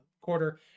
quarter